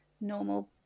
normal